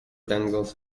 dangles